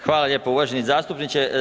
Hvala lijepo uvaženi zastupniče.